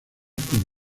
con